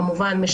כמובן,